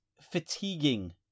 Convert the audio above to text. fatiguing